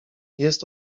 jest